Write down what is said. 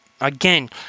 Again